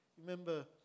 Remember